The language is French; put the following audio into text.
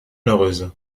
heureuse